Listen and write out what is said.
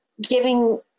giving